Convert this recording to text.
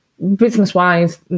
business-wise